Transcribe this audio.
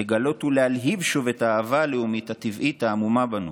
לגלות ולהלהיב שוב את האהבה הלאומית הטבעית העמומה בנו,